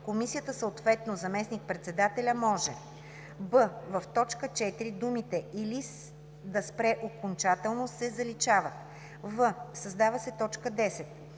комисията, съответно заместник-председателят, може:”; б) в т. 4 думите „или да спре окончателно” се заличават; в) създава се т. 10: